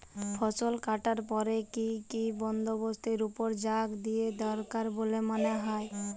ফসলকাটার পরে কি কি বন্দবস্তের উপর জাঁক দিয়া দরকার বল্যে মনে হয়?